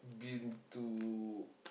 been to